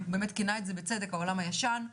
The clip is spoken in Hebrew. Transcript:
הוא באמת כינה את זה בצדק, העולם הישן.